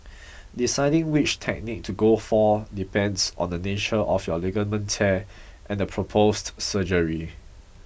deciding which technique to go for depends on the nature of your ligament tear and the proposed surgery